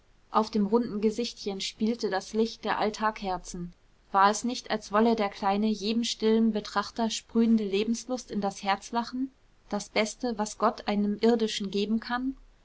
auf dem runden gesichtchen spielte das licht der altarkerzen war es nicht als wolle der kleine jedem stillen betrachter sprühende lebenslust in das herz lachen das beste was der gott einem irdischen geben kann